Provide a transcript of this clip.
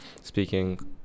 speaking